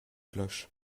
cloche